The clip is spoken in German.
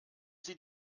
sie